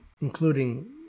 including